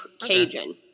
Cajun